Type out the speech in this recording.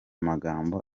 magambo